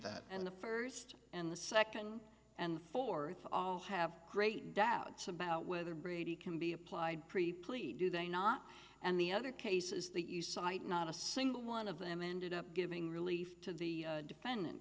that and the first and the second and fourth all have great doubts about whether brady can be applied preplan do they not and the other cases the east side not a single one of them ended up giving relief to the defendant